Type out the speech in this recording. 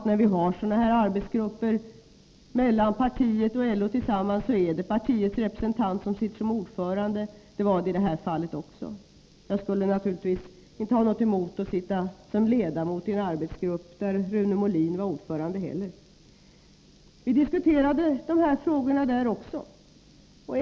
När vi har arbetsgrupper med representanter från partiet och LO, är det partiets representant som sitter som ordförande. Det var det i detta fall också. Jag skulle naturligtvis inte heller ha någonting emot att sitta som ledamot i en arbetsgrupp där Rune Molin var ordförande. Vi diskuterade dessa frågor även i denna arbetsgrupp.